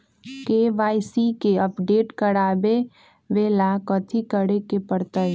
KYC के update करवावेला कथि करें के परतई?